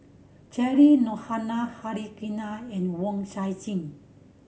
Cheryl Noronha Harichandra and Wong Nai Chin